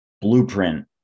blueprint